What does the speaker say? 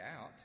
out